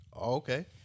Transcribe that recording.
Okay